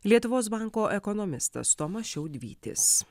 lietuvos banko ekonomistas tomas šiaudvytis